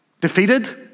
Defeated